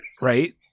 right